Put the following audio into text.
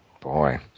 boy